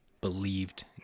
believed